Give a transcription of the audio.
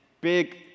big